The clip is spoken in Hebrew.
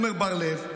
עמר בר לב,